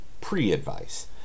pre-advice